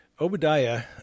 Obadiah